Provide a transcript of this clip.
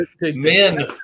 Men